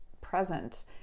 present